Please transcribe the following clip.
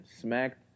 smacked